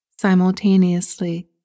simultaneously